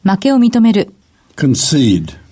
Concede